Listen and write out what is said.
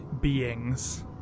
beings